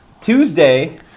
Tuesday